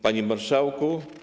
Panie Marszałku!